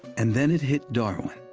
and then it hit darwin.